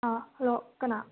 ꯑꯥ hello ꯀꯅꯥ